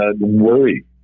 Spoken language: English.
worry